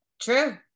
True